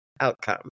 outcome